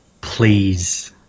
Please